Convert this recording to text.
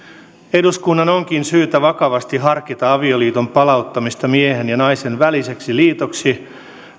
eduskunnan onkin syytä vakavasti harkita avioliiton palauttamista miehen ja naisen väliseksi liitoksi